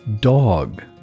dog